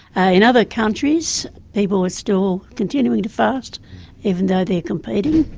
ah in other countries people are still continuing to fast even though they're competing.